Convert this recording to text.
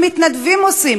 שמתנדבים עושים,